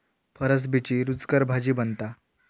फरसबीची रूचकर भाजी बनता